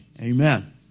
amen